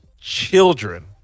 children